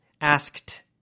Asked